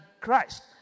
Christ